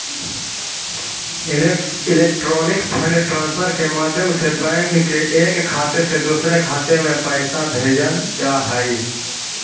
electronic fund transfer के माध्यम से बैंक के एक खाता से दूसर खाते में पैइसा भेजल जा हइ